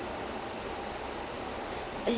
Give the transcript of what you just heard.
oh ya I've heard of it ya